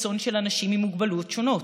הקיצון של אנשים עם מוגבלויות שונות.